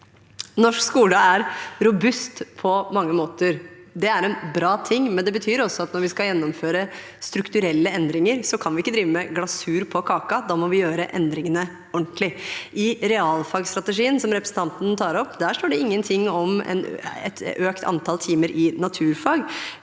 Norsk skole er robust på mange måter. Det er en bra ting, men det betyr også at når vi skal gjennomføre strukturelle endringer, kan vi ikke drive med glasur på kaken – da må vi gjøre endringene ordentlig. I realfagstrategien som representanten tar opp, står det ingenting om et økt antall timer i naturfag.